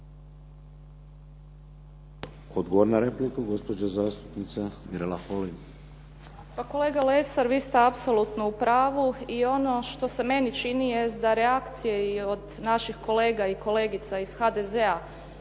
Odgovor na repliku, gospođa zastupnica Mirela Holy. **Holy, Mirela (SDP)** Pa kolega Lesar, vi ste apsolutno u pravu i ono što se meni čini jest da reakcije i od naših kolega i kolegica iz HDZ-a